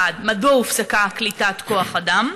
1. מדוע הופסקה קליטת כוח אדם?